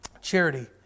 Charity